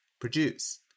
produce